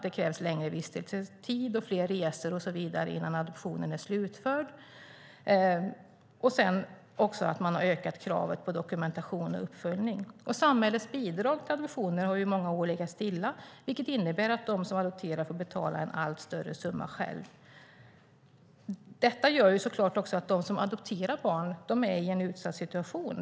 Det krävs längre vistelsetid och fler resor och så vidare innan adoptionen är slutförd. Man har också ökat kraven på dokument och uppföljning. Samhällets bidrag till adoptioner har i många år legat stilla, vilket innebär att de som adopterar får betala en allt större summa själva. Detta gör såklart att de som adopterar barn är i en utsatt situation.